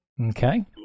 Okay